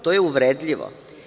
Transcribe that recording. To je uvredljivo.